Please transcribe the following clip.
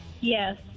Yes